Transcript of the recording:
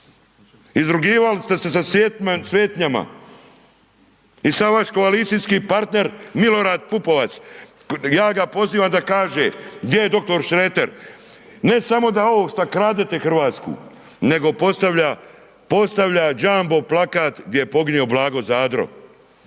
Izrugivali ste se sa svetinjama. I sad vaš koalicijski partner Milorad Pupovac, ja ga pozivam da kaže gdje je dr. Šreter? Ne samo da ovo što kradete Hrvatsku nego postavlja jumbo plakat gdje je poginuo Blago Zadro.